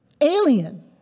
alien